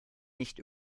nicht